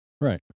Right